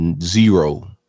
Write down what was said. zero